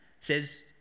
says